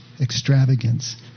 extravagance